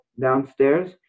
downstairs